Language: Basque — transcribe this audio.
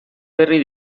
berri